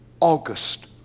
August